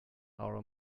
our